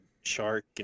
shark